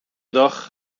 dag